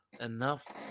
enough